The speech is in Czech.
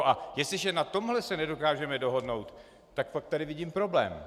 A jestliže na tomhle se nedokážeme dohodnout, tak pak tady vidím problém.